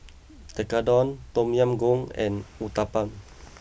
Tekkadon Tom Yam Goong and Uthapam